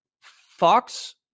Fox